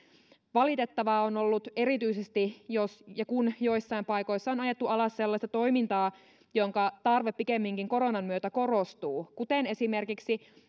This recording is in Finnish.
valitettavaa on ollut erityisesti jos ja kun joissain paikoissa on ajettu alas sellaista toimintaa jonka tarve pikemminkin koronan myötä korostuu kuten esimerkiksi